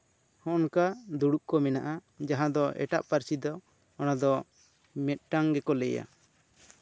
ᱦᱚᱸᱼᱚ ᱱᱚᱝᱠᱟ ᱫᱩᱲᱩᱵᱽ ᱠᱚ ᱢᱮᱱᱟᱜᱼᱟ ᱡᱟᱦᱟᱸ ᱫᱚ ᱮᱴᱟᱜ ᱯᱟᱹᱨᱥᱤ ᱛᱮ ᱚᱱᱟ ᱫᱚ ᱢᱤᱫᱴᱟᱝ ᱜᱮᱠᱚ ᱞᱟᱹᱭᱟ